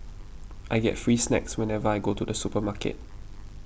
I get free snacks whenever I go to the supermarket